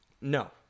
no